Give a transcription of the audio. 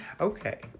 Okay